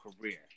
career